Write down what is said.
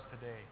today